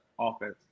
offense